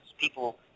People